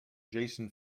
json